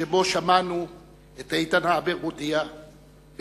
שבו שמענו אנו את איתן הבר "מודיע בתדהמה"